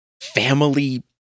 family